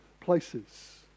places